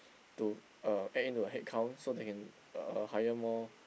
to uh add in to the headcount so they can uh hire more